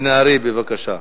מיכאל בן-ארי, בבקשה.